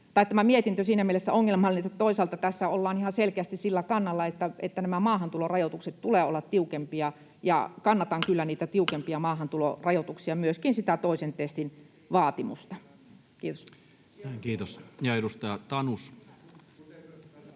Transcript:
mietintö ovat siinä mielessä ongelmallisia, että toisaalta tässä ollaan ihan selkeästi sillä kannalla, että maahantulorajoitusten tulee olla tiukempia, ja kannatan kyllä niitä tiukempia maahantulorajoituksia, myöskin sitä toisen testin vaatimusta. — Kiitos. [Aki Lindén: